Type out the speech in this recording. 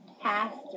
pastor